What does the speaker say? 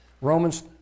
Romans